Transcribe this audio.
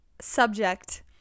Subject